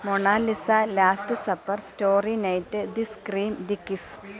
Mona Lisa last supper starry night the scream the kiss